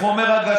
איך אומר הגשש,